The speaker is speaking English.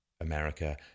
America